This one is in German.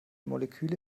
moleküle